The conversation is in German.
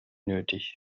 nötig